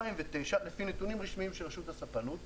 לפי נתונים רשמיים של רשות הספנות,